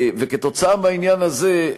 כתוצאה מהעניין הזה,